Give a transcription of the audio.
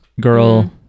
girl